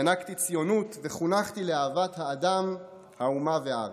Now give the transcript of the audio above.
ינקתי ציונות וחונכתי לאהבת האדם, האומה והארץ.